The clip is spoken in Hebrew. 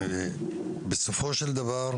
בסופו של דבר,